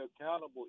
accountable